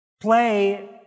Play